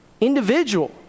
individual